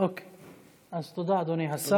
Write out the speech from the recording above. אז תודה, אדוני השר.